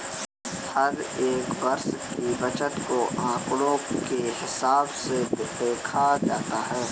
हर एक वर्ष की बचत को आंकडों के हिसाब से देखा जाता है